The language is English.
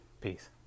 Peace